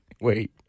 Wait